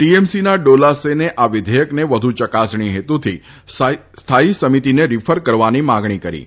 ટીએમસીના ડોલા સેને આ વિઘેથકને વધુ યકાસણી હેતુથી સ્થાયી સમિતિને રીફર કરવાની માંગણી કરી હતી